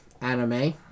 Anime